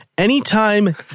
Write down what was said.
Anytime